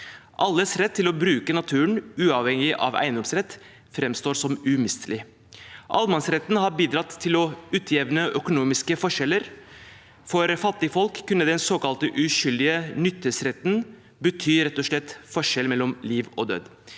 Alles rett til å bruke naturen uavhengig av eiendomsrett framstår som umistelig. Allemannsretten har bidratt til å utjevne økonomiske forskjeller. For fattigfolk kunne «uskyldig nyttesrett» rett og slett bety forskjellen mellom liv og død.